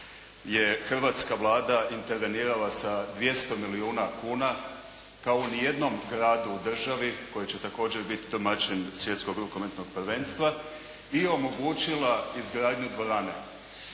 hrvatska Vlada intervenirala sa 200 milijuna kuna kao u niti jednom gradu u Državi koji će također biti domaćin svjetskog rukometnog prvenstva i omogućila izgradnju dvorane.